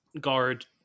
guard